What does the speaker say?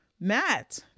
Matt